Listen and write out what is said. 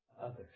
others